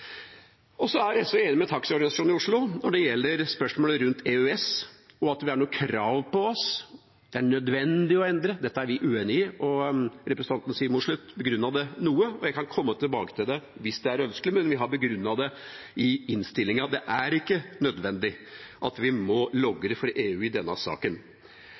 Og så er SV enig med taxiorganisasjonene i Oslo når det gjelder spørsmålet rundt EØS og at vi har noen krav på oss – at det er nødvendig å endre. Dette er vi uenig i, og representanten Siv Mossleth begrunnet det noe. Jeg kan komme tilbake til det hvis det er ønskelig, men vi har begrunnet det i innstillinga. Det er ikke nødvendig å logre for EU i denne